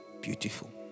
Beautiful